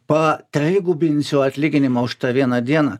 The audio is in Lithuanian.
patrigubinsiu atlyginimą už tą vieną dieną